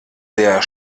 der